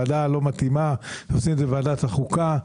את זה בוועדה הלא מתאימה אלא בוועדת החוקה.